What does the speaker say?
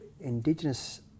indigenous